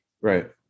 Right